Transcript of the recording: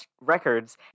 Records